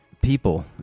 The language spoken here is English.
people